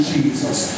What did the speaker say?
Jesus